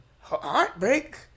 heartbreak